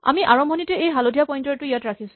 আমি আৰম্ভণিতে এই হালধীয়া পইন্টাৰ টো ইয়াত ৰাখিছো